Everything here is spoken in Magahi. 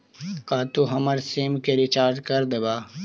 का तू हमर सिम के रिचार्ज कर देबा